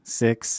six